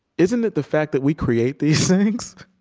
isn't it the fact that we create these things